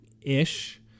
ish